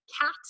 cat